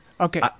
okay